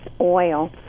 oil